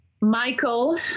Michael